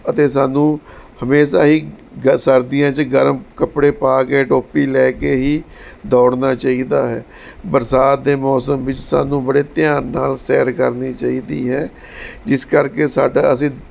ਅਤੇ ਸਾਨੂੰ ਹਮੇਸ਼ਾ ਹੀ ਸਰਦੀਆਂ 'ਚ ਗਰਮ ਕੱਪੜੇ ਪਾ ਕੇ ਟੋਪੀ ਲੈ ਕੇ ਹੀ ਦੌੜਨਾ ਚਾਹੀਦਾ ਹੈ ਬਰਸਾਤ ਦੇ ਮੌਸਮ ਵਿੱਚ ਸਾਨੂੰ ਬੜੇ ਧਿਆਨ ਨਾਲ ਸੈਰ ਕਰਨੀ ਚਾਹੀਦੀ ਹੈ ਜਿਸ ਕਰਕੇ ਸਾਡਾ ਅਸੀਂ